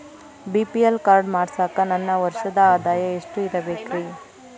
BPL card ಮಾಡ್ಸಾಕ ನನ್ನ ವರ್ಷದ್ ಆದಾಯ ಎಷ್ಟ ಇರಬೇಕ್ರಿ?